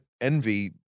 envy